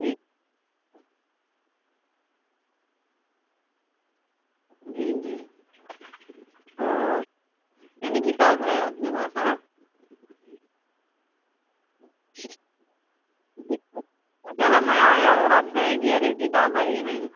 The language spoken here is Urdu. جی جی جی تو یعنی کتاب ہے آپ کے پاس ہاں چلا میں آیا اور آپ کہیں کہ ارے کتاب ہے ہی نہیں